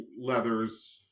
leathers